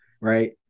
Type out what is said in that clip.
Right